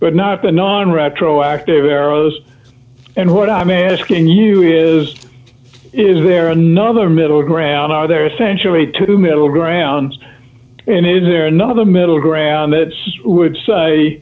but not the non retroactive arrows and what i'm asking you is is there another middle ground are there essentially two middle grounds and is there another middle ground that would say